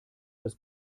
das